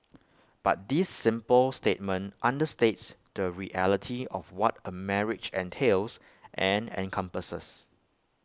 but this simple statement understates the reality of what A marriage entails and encompasses